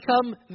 become